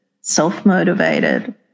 self-motivated